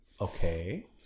Okay